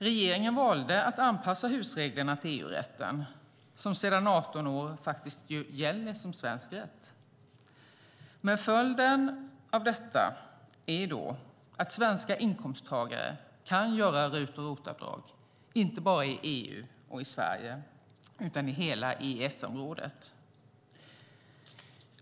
Regeringen valde att anpassa HUS-reglerna till EU-rätten, som sedan 18 år faktiskt gäller som svensk rätt. Följden av detta är att svenska inkomsttagare kan göra RUT och ROT-avdrag inte bara i EU och Sverige utan i hela EES-området.